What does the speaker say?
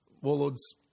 Warlord's